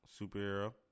superhero